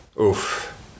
Oof